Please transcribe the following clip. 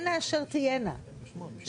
אגב,